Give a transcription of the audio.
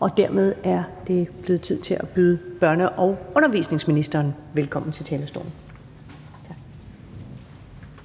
og dermed er det blevet tid til at byde børne- og undervisningsministeren velkommen på talerstolen.